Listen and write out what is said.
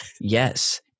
Yes